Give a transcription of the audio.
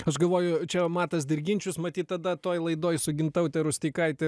aš galvoju čia matas dirginčius matyt tada toj laidoj su gintaute rusteikaite